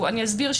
אני אסביר.